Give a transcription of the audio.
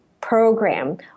program